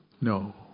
No